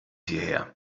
hierher